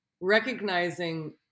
recognizing